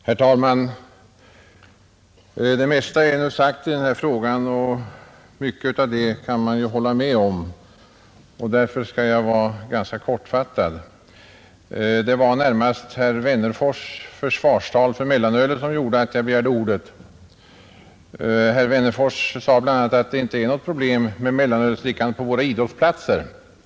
Herr talman! Det mesta är redan sagt i denna fråga, och mycket av det kan man hålla med om. Därför skall jag vara ganska kortfattad. Det var närmast herr Wennerfors” försvarstal för mellanölet som gjorde att jag begärde ordet. : Herr Wennerfors sade bl.a. att mellanölsdrickandet på våra idrottsplatser inte är något problem.